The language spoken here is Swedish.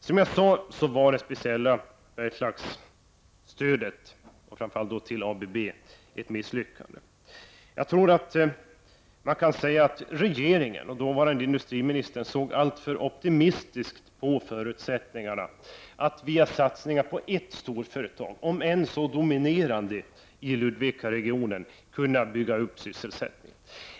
Som jag sade, var det speciella Bergslagsstödet, framför allt till ABB, ett misslyckande. Man kan säga att regeringen och dåvarande industriministern såg alltför optimistiskt på förutsättningarna att via satsningar på ett storföre tag, om än så dominerande, i Ludvikaregionen kunna bygga upp sysselsättningen.